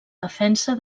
defensa